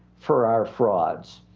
for our frauds.